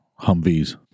Humvees